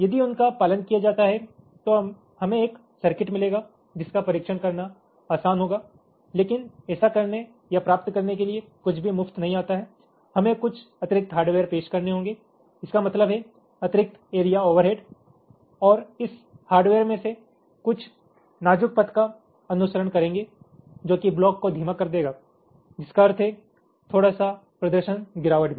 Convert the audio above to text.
यदि उनका पालन किया जाता है तो हमें एक सर्किट मिलेगा जिसका परीक्षण करना आसान होगा लेकिन ऐसा करने या प्राप्त करने के लिए कुछ भी मुफ्त नहीं आता है हमें कुछ अतिरिक्त हार्डवेयर पेश करने होंगे इसका मतलब है अतिरिक्त एरिया ओवरहेड और इस हार्डवेयर में से कुछ नाजुक पथ का अनुसरण करेंगे जो कि ब्लॉक को धीमा कर देगा जिसका अर्थ है थोड़ा सा प्रदर्शन गिरावट भी